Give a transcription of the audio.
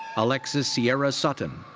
alexis ciera sutton.